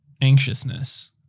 anxiousness